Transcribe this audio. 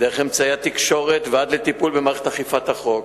דרך אמצעי התקשורת ועד לטיפול במערכת אכיפת החוק,